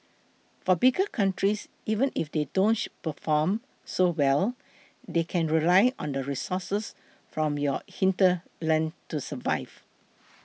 for bigger countries even if they don't perform so well they can rely on the resources from your hinterland to survive